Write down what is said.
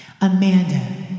Amanda